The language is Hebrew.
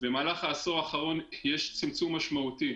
במהלך העשור האחרון יש צמצום משמעותי